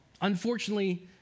Unfortunately